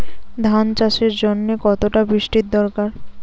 ধান চাষের জন্য কতটা বৃষ্টির দরকার?